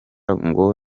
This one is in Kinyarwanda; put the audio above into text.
ngo